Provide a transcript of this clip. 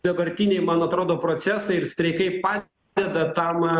dabartiniai man atrodo procesai ir streikai padeda tam